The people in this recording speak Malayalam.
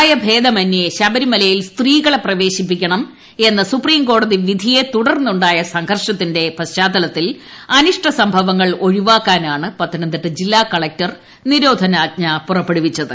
പ്രായഭേദമന്യേ ശബരിമലയിൽ സ്ത്രീകളെ പ്രവേശിപ്പിക്കണമെന്ന സുപ്രീം കോടതി വിധിയെ തുടർന്നുണ്ടായ സംഘർഷത്തിന്റെ പശ്ചാത്തലത്തിൽ അനിഷ്ടസംഭവങ്ങൾ ഒഴിവാക്കാനാണ് പത്തനംതിട്ട ജില്ലാ കളക്ടർ നിരോധനാജ്ഞ പുറപ്പെടുവിച്ചത്